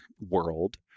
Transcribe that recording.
world